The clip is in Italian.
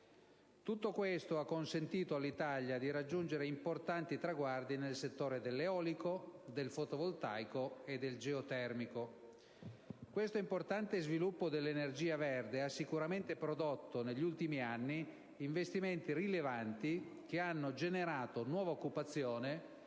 Tutto questo ha consentito all'Italia di raggiungere importanti traguardi nel settore dell'eolico, del fotovoltaico e del geotermico. Questo importante sviluppo dell'energia verde ha sicuramente prodotto, negli ultimi anni, investimenti rilevanti che hanno generato nuova occupazione